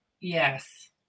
Yes